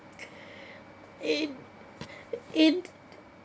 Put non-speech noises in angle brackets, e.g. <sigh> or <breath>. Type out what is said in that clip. <breath> it <breath> it